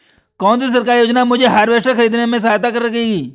कौन सी सरकारी योजना मुझे हार्वेस्टर ख़रीदने में सहायता प्रदान करेगी?